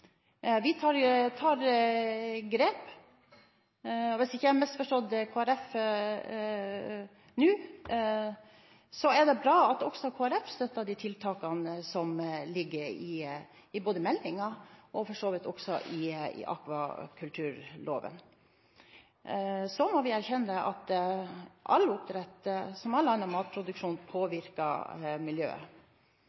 Vi tar grep, og hvis jeg ikke har misforstått Kristelig Folkeparti nå, så er det bra at også Kristelig Folkeparti støtter de tiltakene som ligger i meldingen og for så vidt også i akvakulturloven. Så må vi erkjenne at all oppdrett – som all annen matproduksjon